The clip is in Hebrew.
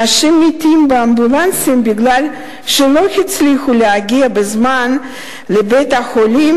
אנשים מתים באמבולנסים כי לא הצליחו להגיע בזמן לבית-החולים,